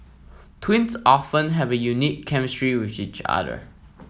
twins often have a unique chemistry with each other